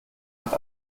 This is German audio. hat